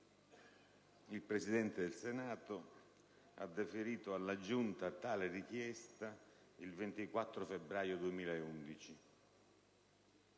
Il Presidente del Senato ha deferito alla Giunta tale richiesta il 24 febbraio 2011.